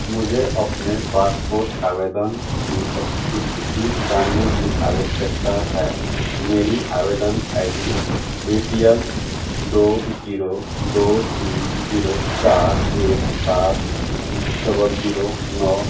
मुझे अपने पासपोर्ट आवेदन की स्थिति जानने की आवश्यकता है मेरी आवेदन I D A P L दो जीरो दो तीन जीरो चार एक सात डबल जीरो नौ